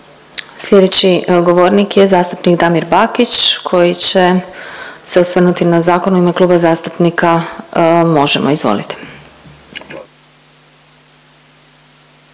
Slijedeći govornik je zastupnik Damir Bakić koji će osvrnuti se u ime Kluba zastupnika Možemo!. Izvolite.